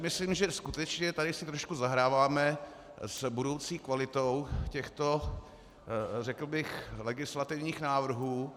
Myslím, že skutečně tady si trošku zahráváme s budoucí kvalitou těchto legislativních návrhů.